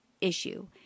issue